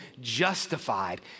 justified